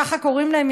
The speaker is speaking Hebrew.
כך קוראים להן,